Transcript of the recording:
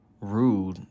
rude